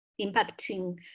impacting